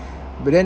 but then